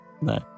no